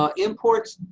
um imports,